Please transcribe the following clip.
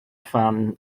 phan